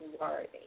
worthy